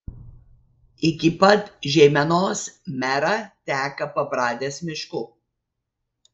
iki pat žeimenos mera teka pabradės mišku